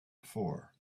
before